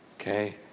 okay